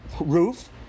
roof